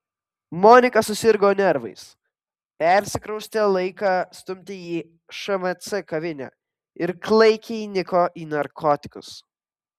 monika susirgo nervais persikraustė laiką stumti į šmc kavinę ir klaikiai įniko į narkotikus